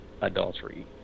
adultery